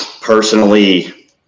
personally